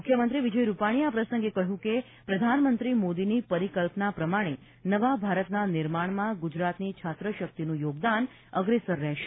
મુખ્યમંત્રી વિજય રુપાણીએ આ પ્રસંગે કહ્યું હતું કે પ્રધાનમંત્રી મોદીની પરિકલ્પના પ્રમાણે નવા ભારતના નિર્માણમાં ગુજરાતની છાત્ર શક્તિનું યોગદાન અગ્રેસર રહેશે